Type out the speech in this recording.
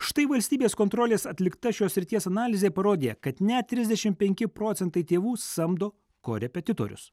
štai valstybės kontrolės atlikta šios srities analizė parodė kad net trisdešim penki procentai tėvų samdo korepetitorius